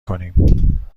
کنیم